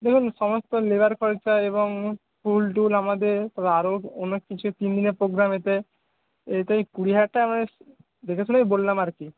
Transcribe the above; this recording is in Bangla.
দেখুন সমস্ত লেবার খরচা এবং ফুল টুল আমাদের আরও অনেক কিছু কিনলে প্রোগ্রামেতে এতে কুড়ি হাজার টাকা দেখে শুনেই বললাম আর কি